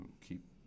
keep